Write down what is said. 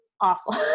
awful